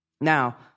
Now